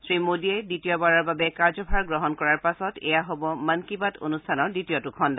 শ্ৰীমোদীয়ে দ্বিতীয়বাৰৰ বাবে কাৰ্যভাৰ গ্ৰহণ কৰাৰ পাছত এয়া হ'ব মন কি বাত অনুষ্ঠানৰ দ্বিতীয়টো খণ্ড